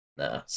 nah